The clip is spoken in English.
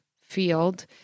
field